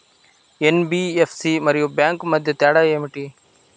NBFC మరియు bank మధ్య తేడా ఏమిటీ?